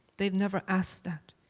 they'd never ask that.